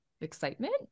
excitement